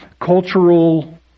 cultural